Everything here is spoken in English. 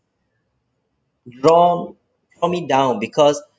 draw draw me down because